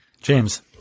James